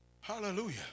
Hallelujah